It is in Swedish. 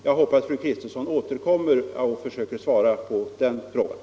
Jag hoppas att fru Kristensson återkommer för att besvara den frågan.